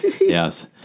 Yes